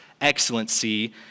Excellency